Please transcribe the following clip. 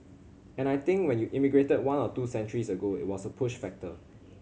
and I think when you emigrated one or two centuries ago it was a push factor